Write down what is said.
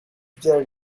there